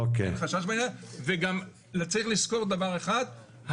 וגם צריך לזכור דבר אחד,